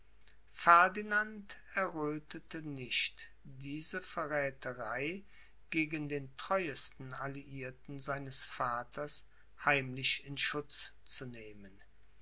ferdinand erröthete nicht diese verrätherei gegen den treuesten alliierten seines vaters heimlich in schutz zu nehmen